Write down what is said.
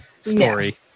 story